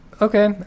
Okay